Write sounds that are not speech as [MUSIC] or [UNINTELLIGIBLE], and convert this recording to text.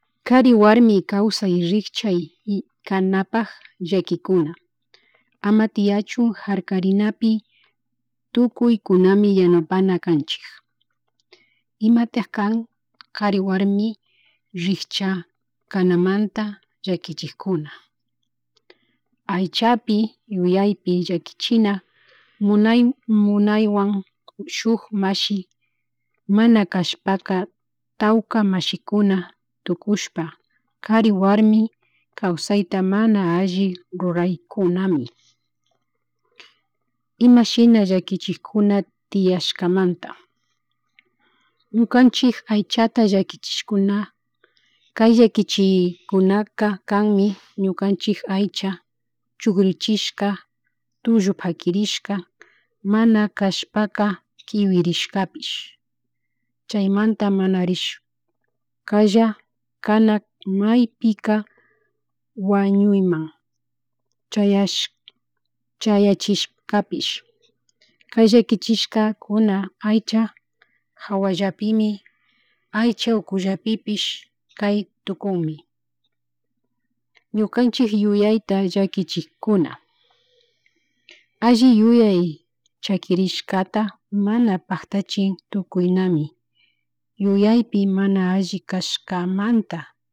Kari warmi kawsay rikchay mikanapak llakikuna ama tiachun harkarinapi tukuykunami yanapana canchik, imatak kan kari warmi rikchakanamanta llakichikuna, ayachapi yayaypi llakichina munay munaywan shuk mashi mana cashpaka tawka mashikuna tukushpa kari warmi kaysayta mana alli ruraykunami, imashina llakichikuna tiashkamanta, ñukachik aychata llakichikuna kay llakichikunaka kanmi ñukanchi aycha chugrichishka tullu pakirishka, mana kashpaka kiwirishkapish chaymata mana rish [UNINTELLIGIBLE] kana maypika wañuyman [UNINTELLIGIBLE] chayachishkapish kay llakichishkakuna aycha hawallapimi aycha ukullapipish kay tukunmi, ñukanchik yuyayta llakichikuna, alli yuyay chakirishkata mana paktachin tukuy nanay yuyaypi mana alli cashkamanta